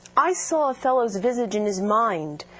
i saw othello's visage in his mind,